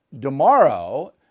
tomorrow